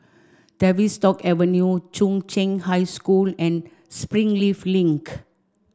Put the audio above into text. Tavistock Avenue Chung Cheng High School and Springleaf Link